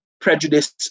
prejudice